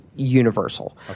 universal